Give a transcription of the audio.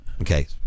okay